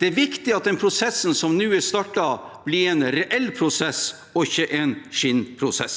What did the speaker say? Det er viktig at den prosessen som nå er startet, blir en reell prosess og ikke en skinnprosess.